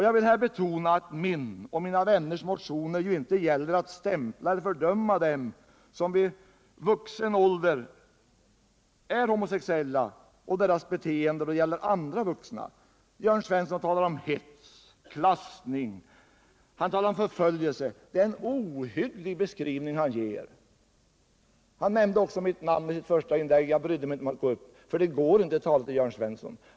Jag vill här betona att motionerna av mig och mina vänner ju inte gäller att stämpla eller fördöma dem som vid vuxen ålder är homosexuella och deras beteende när det gäller andra vuxna. Jörn Svensson talar om hets, klassning, förföljelse. Det är en ohygglig beskrivning han ger. Han nämnde också mitt namn i sitt första inlägg, och jag brydde mig inte om att gå upp i replik, för det går inte att tala till Jörn Svensson.